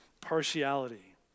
partiality